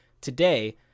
today